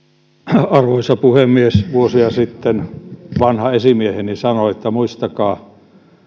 arvoisa puhemies vuosia sitten vanha esimieheni sanoi että muistakaa